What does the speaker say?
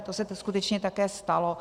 To se tu skutečně také stalo.